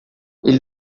ele